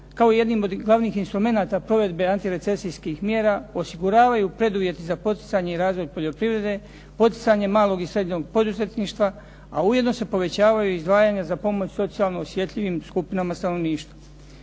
kao jednim od glavnih instrumenata provedbe antirecesijskih mjera osiguravaju preduvjeti za poticanje i razvoj poljoprivrede, poticanje malog i srednjeg poduzetništva, a ujedno se povećavaju i izdvajanja za pomoć socijalno osjetljivim skupinama stanovništva.